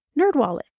NerdWallet